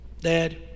Dad